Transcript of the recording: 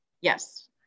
Yes